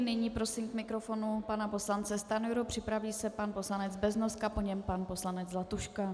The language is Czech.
Nyní prosím k mikrofonu pana poslance Stanjuru, připraví se pan poslanec Beznoska, po něm pan poslanec Zlatuška.